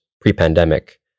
pre-pandemic